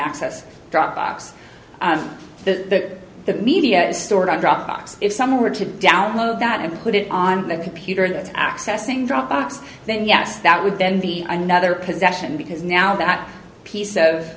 access dropbox the the media is stored on dropbox if someone were to download that and put it on the computer that accessing dropbox then yes that would then be another possession because now that piece of